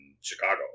Chicago